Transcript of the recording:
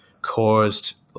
caused